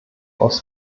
aus